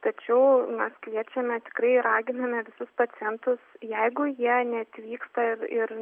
tačiau mes kviečiame tikrai raginame visus pacientus jeigu jie neatvyksta ir